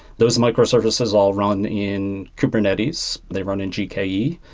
those microservices all run in kubernetes. they run in gke,